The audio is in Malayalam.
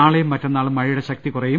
നാളെയും മറ്റന്നാളും മഴയുടെ ശ്ക്തി കുറയും